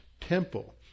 temple